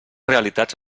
realitats